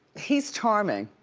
he's charming.